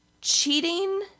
cheating